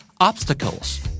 Obstacles